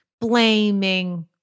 blaming